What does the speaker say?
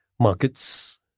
markets